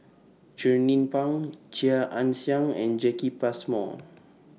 Jernnine Pang Chia Ann Siang and Jacki Passmore